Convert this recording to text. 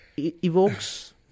evokes